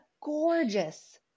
gorgeous